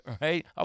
Right